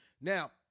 Now